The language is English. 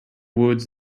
woods